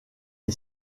est